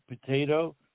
potato